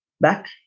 back